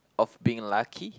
of being lucky